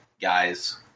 guy's